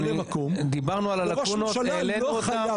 דיברנו על הלקונות האלה,